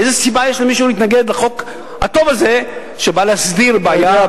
איזו סיבה יש למישהו להתנגד לחוק הטוב הזה שבא להסדיר בעיה,